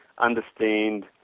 understand